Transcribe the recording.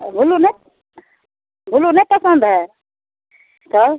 बुल्लू नहि बुल्लू नहि पसंद हय तऽ